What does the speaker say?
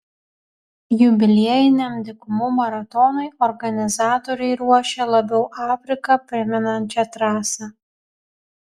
jubiliejiniam dykumų maratonui organizatoriai ruošia labiau afriką primenančią trasą